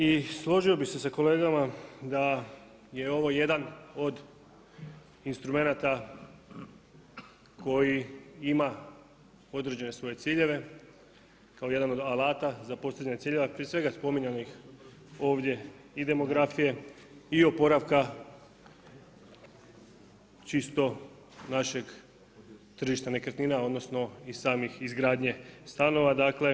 I složio bih se sa kolegama da je ovo jedan od instrumenata koji ima određene svoje ciljeve, kao jedan od alata za postizanje ciljeva, prije svega spominjanih ovdje i demografije i oporavka čisto našeg tržišta nekretnina, odnosno i samih izgradnje stanova dakle.